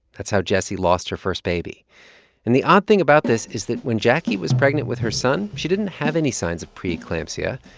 that's how jessie lost her first baby and the odd thing about this is that when jacquie was pregnant with her son, she didn't have any signs of pre-eclampsia.